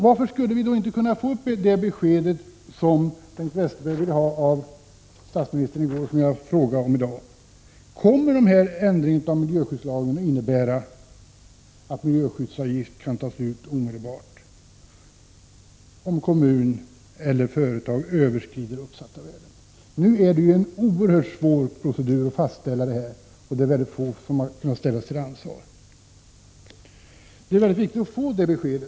Varför skulle vi inte kunna få det besked som Bengt Westerberg ville ha av statsministern i går och som jag frågade om i dag: Kommer dessa förändringar i miljöskyddslagen att innebära att miljöskyddsavgift kan tas ut omedelbart, om kommun eller företag överskrider uppsatta värden? Som det nu är, är det en oerhört svår procedur att fastställa detta, och det är få som har kunnat ställas till ansvar. Det är viktigt att få detta besked.